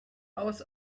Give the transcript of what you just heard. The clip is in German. aus